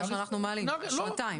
אנחנו מעלים לשנתיים.